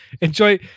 enjoy